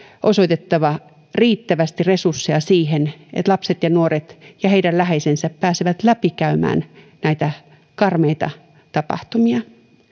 osoitettava riittävästi resursseja siihen että lapset ja nuoret ja heidän läheisensä pääsevät läpikäymään näitä karmeita tapahtumia